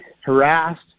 harassed